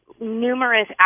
numerous